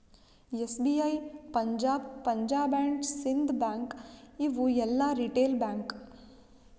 SBI, Punjab, Punjab and Sind bank ಇವು ಎಲ್ಲಾ retail bank